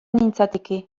nintzateke